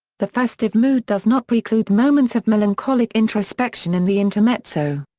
the festive mood does not preclude moments of melancholic introspection in the intermezzo.